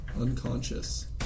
Unconscious